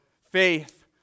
faith